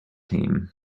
team